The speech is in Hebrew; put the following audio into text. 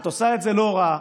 את עושה את זה לא רע.